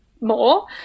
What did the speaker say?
more